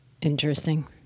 Interesting